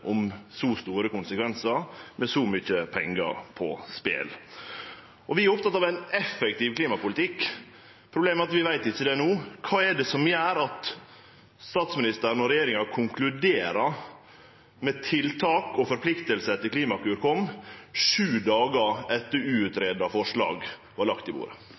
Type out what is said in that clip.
er opptekne av ein effektiv klimapolitikk – problemet er at vi ikkje veit det no. Kva gjer at statsministeren og regjeringa konkluderer – med tiltak og forpliktingar etter at Klimakur kom – sju dagar etter at ikkje-utgreidde forslag vart lagde på bordet?